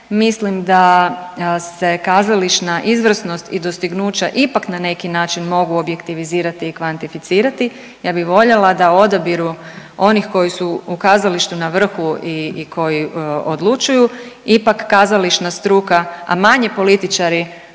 Mislim da se kazališna izvrsnost i dostignuća ipak na neki način mogu objektivizirati i kvantificirati. Ja bi voljela da odabiru onih koji su u kazalištu na vrhu i koji odlučuju ipak kazališna struka, a manje političari,